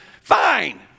Fine